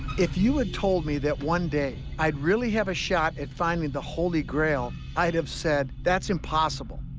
if you had told me that one day i'd really have a shot at finding the holy grail, i'd have said that's impossible.